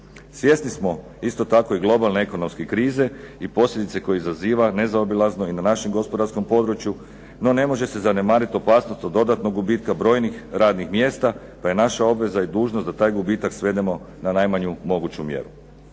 Svjesni smo isto tako i globalne ekonomske krize i posljedice koje izaziva nezaobilazno i na našem gospodarskom području, no ne može se zanemarit opasnost od dodatnog gubitka brojnih radnih mjesta pa je naša obveza i dužnost da taj gubitak svedemo na najmanju moguću mjeru.